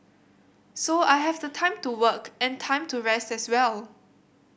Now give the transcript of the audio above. so I have the time to work and time to rest as well